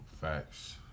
Facts